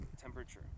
temperature